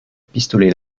pistolet